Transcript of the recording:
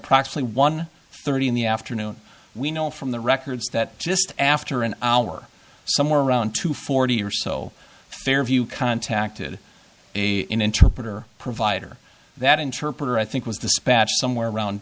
ely one thirty in the afternoon we know from the records that just after an hour somewhere around two forty or so fairview contacted a interpreter provider that interpreter i think was dispatched somewhere around